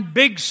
big